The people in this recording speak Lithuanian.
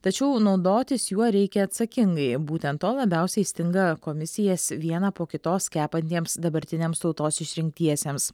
tačiau naudotis juo reikia atsakingai būtent to labiausiai stinga komisijas vieną po kitos kepantiems dabartiniams tautos išrinktiesiems